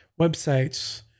websites